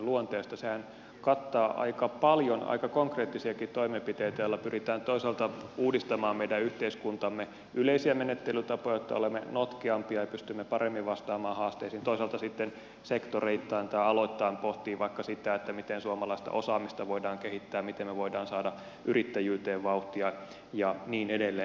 sehän kattaa aika paljon aika konkreettisiakin toimenpiteitä joilla pyritään uudistamaan meidän yhteiskuntamme yleisiä menettelytapoja jotta olemme notkeampia ja pystymme paremmin vastaamaan haasteisiin toisaalta sitten se sektoreittain tai aloittain pohtii vaikka sitä miten suomalaista osaamista voidaan kehittää miten me voimme saada yrittäjyyteen vauhtia ja niin edelleen